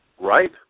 Right